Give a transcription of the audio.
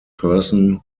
person